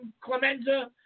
Clemenza